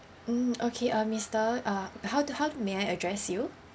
mm okay uh mister uh how do how may I address you